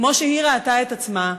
כמו שהיא ראתה את עצמה,